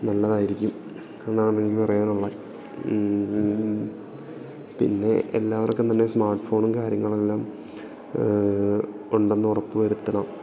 നല്ലതായിരിക്കും എന്നാണ് എനിക്ക് പറയാനുള്ള പിന്നെ എല്ലാവർക്കും തന്നെ സ്മാർട്ട് ഫോണും കാര്യങ്ങൾ എല്ലാം ഉണ്ടെന്ന് ഉറപ്പ് വരുത്തണം